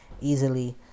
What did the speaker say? easily